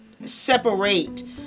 separate